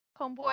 Homeboy